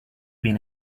been